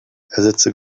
ersetze